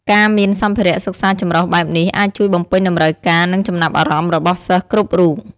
ការមានសម្ភារៈសិក្សាចម្រុះបែបនេះ អាចជួយបំពេញតម្រូវការ និងចំណាប់អារម្មណ៍របស់សិស្សគ្រប់រូប។